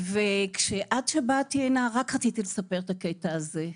עד שבאתי הנה רציתי רק לספר את הקטע הזה.